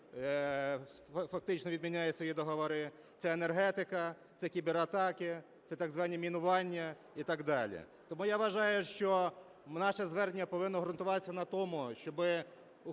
фактично відміняють свої договори, це енергетика, це кібератаки, це так звані мінування і так далі. Тому я вважаю, що наше звернення повинно ґрунтуватися на тому, щоб європейське